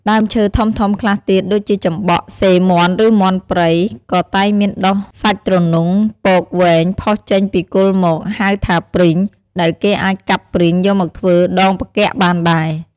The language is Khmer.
ដើមឈើធំៗខ្លះទៀត ដូចជាចំបក់ សេមាន់ ឬមាន់ព្រៃ ក៏តែងមានដុះសាច់ទ្រនុងពកវែងផុសចេញពីគល់មក ហៅថាព្រីង ដែលគេអាចកាប់ព្រីងយកមកធ្វើដងផ្គាក់បានដែរ ។